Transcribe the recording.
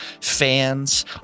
fans